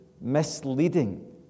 misleading